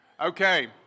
Okay